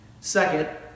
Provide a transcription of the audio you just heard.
Second